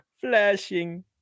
Flashing